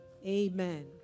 Amen